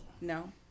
No